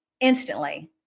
Instantly